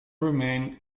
remain